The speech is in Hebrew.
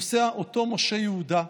נוסע אותו משה יהודה,